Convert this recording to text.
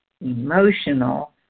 emotional